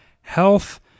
health